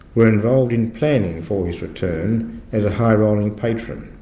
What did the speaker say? were involved in planning for his return as a high rolling patron.